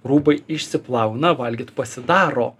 rūbai išsiplauna valgyt pasidaro